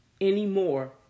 anymore